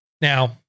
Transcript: Now